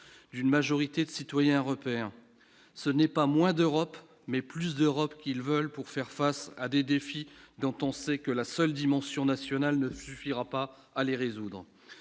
d'une majorité de citoyens européens, ce n'est pas moins d'Europe mais plus d'Europe qu'ils veulent pour faire face à des défis, dont on sait que la seule dimension nationale ne suffira pas à les résoudre,